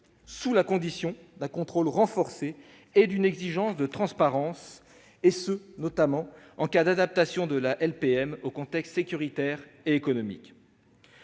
sous la condition d'un contrôle renforcé et d'une exigence de transparence, et ce notamment en cas d'adaptation de la LMP au contexte sécuritaire et économique.